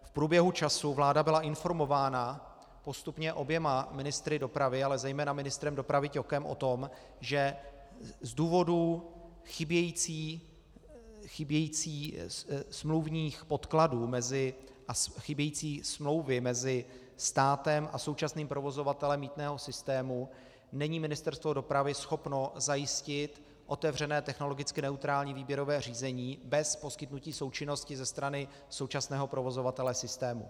V průběhu času byla vláda informována postupně oběma ministry dopravy, ale zejména ministrem dopravy Ťokem o tom, že z důvodů chybějících smluvních podkladů a chybějící smlouvy mezi státem a současným provozovatelem mýtného systému není Ministerstvo dopravy schopno zajistit otevřené technologicky neutrální výběrové řízení bez poskytnutí součinnosti ze strany současného provozovatele systému.